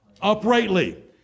uprightly